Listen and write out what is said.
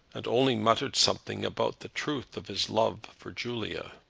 and only muttered something about the truth of his love for julia.